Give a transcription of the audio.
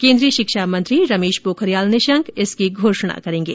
केन्द्रीय शिक्षा मंत्री रमेश पोखरियाल निशंक इसकी घोषणा करेंगे